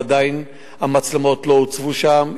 ועדיין המצלמות לא הוצבו שם.